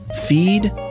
feed